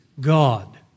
God